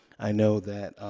i know that